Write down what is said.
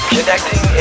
Connecting